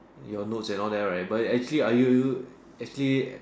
your notes and all that right but actually I you you actually